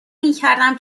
میکردم